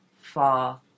far